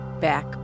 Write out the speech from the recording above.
back